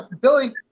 Billy